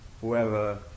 whoever